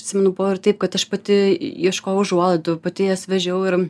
atsimenu buvo ir taip kad aš pati ieškojau užuolaidų pati jas vežiau ir